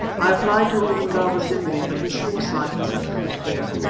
i applied to old indaba-zimbi, but his foresight was at fault here.